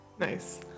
Nice